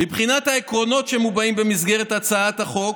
מבחינת העקרונות שמובאים במסגרת הצעת החוק,